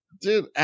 Dude